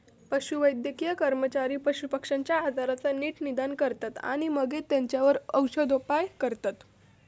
पशुवैद्यकीय कर्मचारी पशुपक्ष्यांच्या आजाराचा नीट निदान करतत आणि मगे तेंच्यावर औषदउपाय करतत